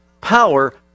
power